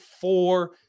four